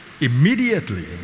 immediately